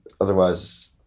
otherwise